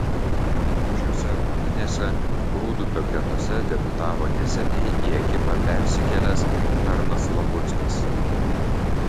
šiose rungtynėse rūdupio gretose debiutavo neseniai į ekipą persikėlęs arnas labuckas